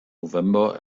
november